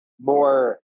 more